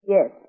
Yes